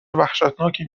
وحشتناکی